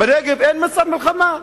בנגב אין מצב מלחמה?